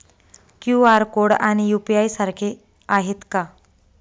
QR code आणि UPI सारखे आहेत का?